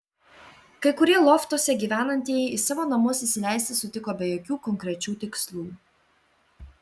kai kurie loftuose gyvenantieji į savo namus įsileisti sutiko be jokių konkrečių tikslų